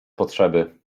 potrzeby